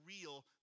real